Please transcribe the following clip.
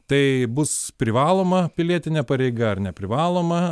tai bus privaloma pilietinė pareiga ar neprivaloma